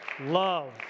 love